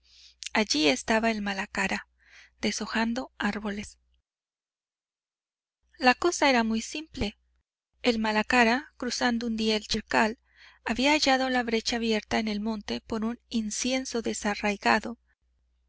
allí estaba el malacara deshojando árboles la cosa era muy simple el malacara cruzando un día el chircal había hallado la brecha abierta en el monte por un incienso desarraigado